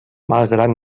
malgrat